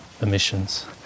emissions